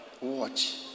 watch